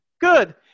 good